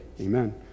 Amen